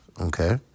Okay